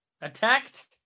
attacked